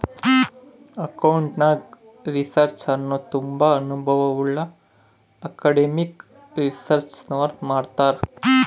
accounting research ಅನ್ನು ತುಂಬಾ ಅನುಭವವುಳ್ಳ ಅಕಾಡೆಮಿಕ್ ರಿಸರ್ಚ್ನವರು ಮಾಡ್ತರ್